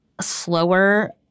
slower